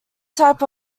type